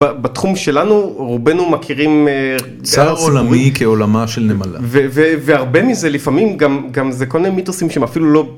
בתחום שלנו רובנו מכירים צר עולמי כעולמה של נמלה והרבה מזה לפעמים גם זה כל מיני מיתוסים שהם אפילו לא.